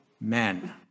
men